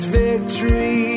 victory